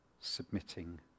submitting